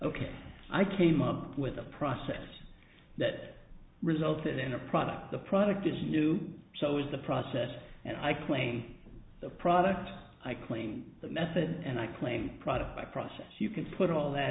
ok i came up with a process that resulted in a product the product is new so is the process and i claim the product i claim the method and i claim product by process you can put all that